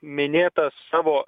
minėtą savo